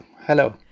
Hello